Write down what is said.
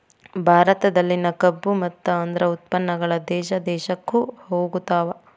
ಭಾರತದಲ್ಲಿನ ಕಬ್ಬು ಮತ್ತ ಅದ್ರ ಉತ್ಪನ್ನಗಳು ಬೇರೆ ದೇಶಕ್ಕು ಹೊಗತಾವ